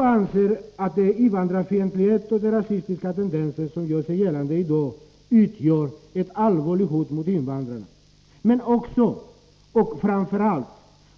Vpk anser att den invandrarfientlighet och de rasistiska tendenser som gör sig gällande i dag utgör ett allvarligt hot mot invandrarna, men också och framför allt